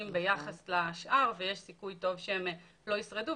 ביחס לשאר ויש סיכוי טוב שהם לא ישרדו.